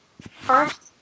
first